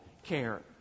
care